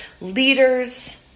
leaders